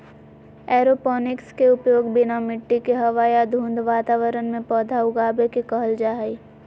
aeroponics के उपयोग बिना मिट्टी के हवा या धुंध वातावरण में पौधा उगाबे के कहल जा हइ